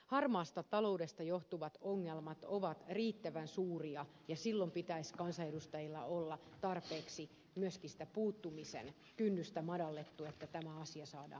harmaasta taloudesta johtuvat ongelmat ovat riittävän suuria ja silloin pitäisi kansanedustajilla olla tarpeeksi myöskin sitä puuttumisen kynnystä madallettu että tämä asia saadaan kuntoon